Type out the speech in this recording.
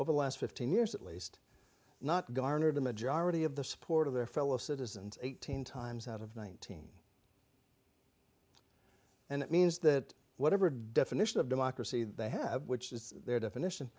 over the last fifteen years at least not garnered a majority of the support of their fellow citizens eighteen times out of nineteen and it means that whatever definition of democracy they have which is their definition